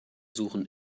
suchen